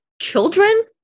children